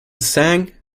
sang